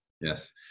Yes